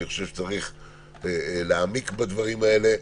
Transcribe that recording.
אני חושב שצריך להעמיק בדברים האלה.